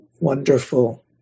wonderful